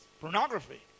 pornography